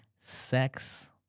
sex